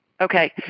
okay